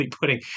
putting